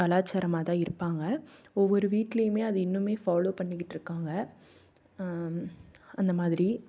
கலாச்சாரமாக தான் இருப்பாங்க ஒவ்வொரு வீட்லேயுமே அது இன்னும் ஃபாலோ பண்ணிக்கிட்ருக்காங்க அந்த மாதிரி